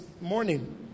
morning